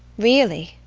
really!